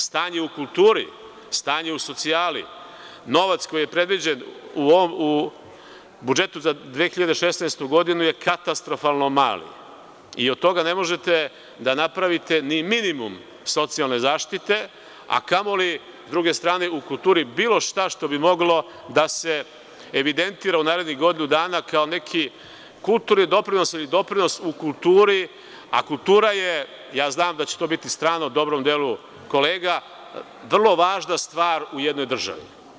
Stanje u kulturi, stanje u socijali, novac koji je predviđen u budžetu za 2016. godinu je katastrofalno mali i od toga ne možete da napravite ni minimum socijalne zaštite, a kamoli u kulturi bilo šta što bi moglo da se evidentira u narednih godinu dana kao neki kulturni doprinos ili doprinos u kulturi, a kultura je, znam da će to biti strano dobrom delu kolega, vrlo važna stvar u jednoj državi.